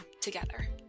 together